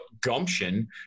gumption